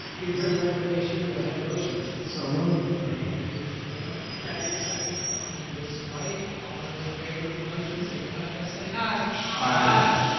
you've heard the recommendation. do i have a motion? so moved. thank you, mr. colon. second. second from ms. wright. all those in favor of the motion, signify by saying i. i.